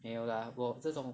没有 lah 我这种